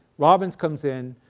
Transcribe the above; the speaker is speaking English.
robbins comes in.